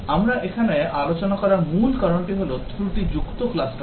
আমরা এখানে আলোচনা করার মূল কারণটি হল ত্রুটিযুক্ত ক্লাস্টারিং